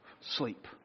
sleep